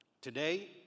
Today